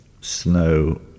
snow